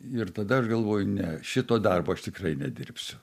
ir tada aš galvoju ne šito darbo aš tikrai nedirbsiu